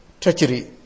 treachery